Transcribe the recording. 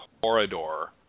corridor